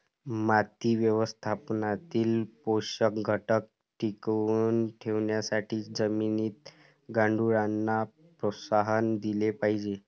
माती व्यवस्थापनातील पोषक घटक टिकवून ठेवण्यासाठी जमिनीत गांडुळांना प्रोत्साहन दिले पाहिजे